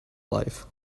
life